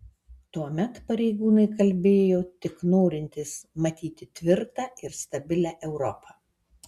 tuomet pareigūnai kalbėjo tik norintys matyti tvirtą ir stabilią europą